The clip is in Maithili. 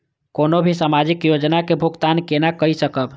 कोनो भी सामाजिक योजना के भुगतान केना कई सकब?